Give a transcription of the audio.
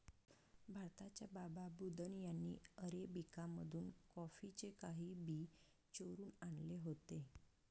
भारताच्या बाबा बुदन यांनी अरेबिका मधून कॉफीचे काही बी चोरून आणले होते